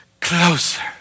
Closer